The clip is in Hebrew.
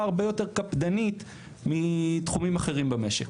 הרבה יותר קפדנית מתחומים אחרים במשק.